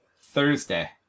Thursday